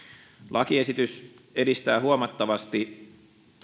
lakiesitys edistää huomattavasti